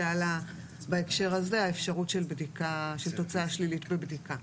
עלה בהקשר הזה האפשרות של בדיקה ותוצאה שלילית בבדיקה.